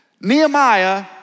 Nehemiah